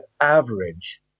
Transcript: average